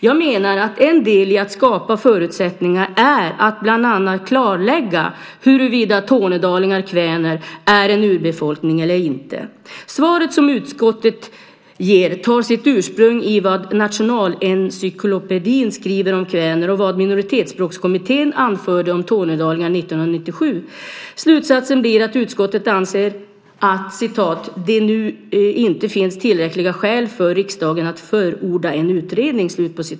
Jag menar att en del i att skapa dessa förutsättningar är att bland annat klarlägga huruvida tornedalingar/kväner är en urbefolkning eller inte. Svaret som utskottet ger tar sitt ursprung i vad Nationalencyklopedin skriver om kväner och vad Minoritetsspråkskommittén anförde om tornedalingar 1997. Slutsatsen blir att utskottet anser att "det nu inte finns tillräckliga skäl för riksdagen att förorda en utredning".